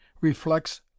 reflects